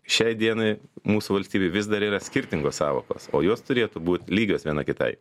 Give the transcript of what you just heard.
šiai dienai mūsų valstybėj vis dar yra skirtingos sąvokos o jos turėtų būt lygios viena kitai